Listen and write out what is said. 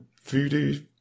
voodoo